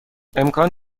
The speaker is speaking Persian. امکان